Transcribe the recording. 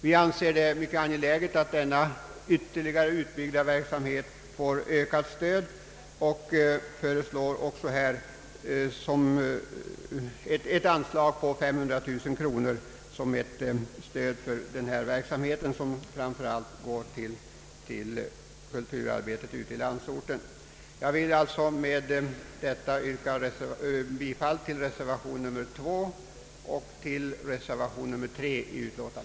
Vi anser det mycket angeläget att denna än mer utbyggda verksamhet får ett ökat sötd. Vi föreslår också ett anslag på 500 000 kronor som stöd för denna verksamhet vilken framför allt gäller kulturarbetet i landsorten. Jag vill med detta yrka bifall till reservationen.